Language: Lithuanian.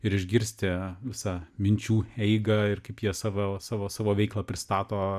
ir išgirsti visą minčių eigą ir kaip jie savo savo savo veiklą pristato